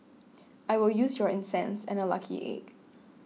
I will use your incense and a lucky egg